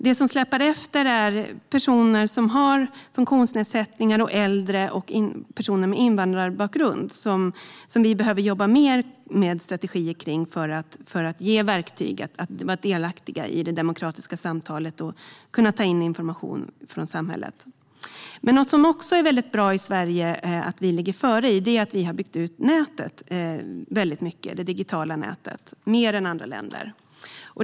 De som släpar efter är personer som har funktionsnedsättningar, äldre och personer med invandrarbakgrund, som vi behöver jobba mer med strategier kring för att de ska få verktyg att vara delaktiga i det demokratiska samtalet och kunna ta in information från samhället. Något som också är bra i Sverige, där vi ligger före, är att vi har byggt ut det digitala nätet mer än andra länder.